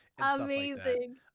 amazing